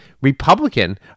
Republican